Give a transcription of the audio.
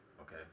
Okay